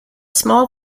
small